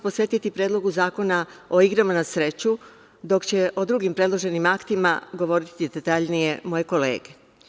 Posvetiću se Predlogu zakona o igrama na sreću, dok će o drugim predloženim aktima govoriti detaljnije moje kolege.